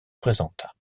présenta